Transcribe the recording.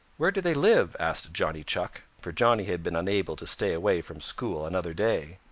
where do they live? asked johnny chuck, for johnny had been unable to stay away from school another day.